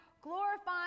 glorifying